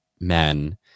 men